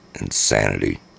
Insanity